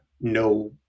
no